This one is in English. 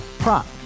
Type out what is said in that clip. Prop